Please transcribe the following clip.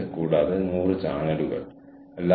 പക്ഷേ അവർക്ക് അതേക്കുറിച്ച് അറിയില്ല